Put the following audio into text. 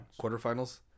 quarterfinals